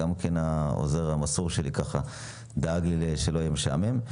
העוזר המסור שלי דאג שלא יהיה לי משעמם,